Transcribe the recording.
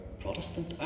Protestant